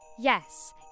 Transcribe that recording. Yes